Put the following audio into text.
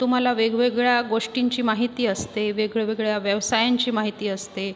तुम्हाला वेगवेगळ्या गोष्टींची माहिती असते वेगळ्या वेगळ्या व्यवसायांची माहिती असते